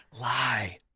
Lie